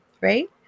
right